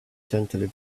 gently